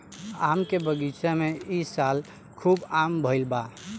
आम के बगीचा में ए साल खूब आम आईल बा